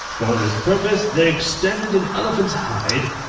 for this purpose they extended an elephant's hide,